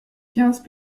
quinze